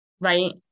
right